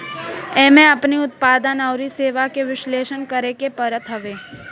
एमे अपनी उत्पाद अउरी सेवा के विश्लेषण करेके पड़त हवे